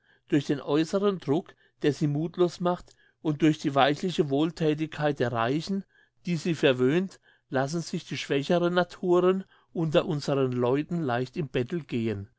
durch den äusseren druck der sie muthlos macht und durch die weichliche wohlthätigkeit der reichen die sie verwöhnt lassen sich die schwächeren naturen unter unseren leuten leicht im bettel gehen